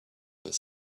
their